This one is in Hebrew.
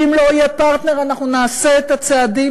ואם לא יהיה פרטנר אנחנו נעשה את הצעדים